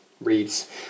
reads